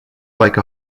like